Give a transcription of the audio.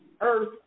Earth